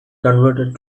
converted